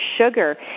sugar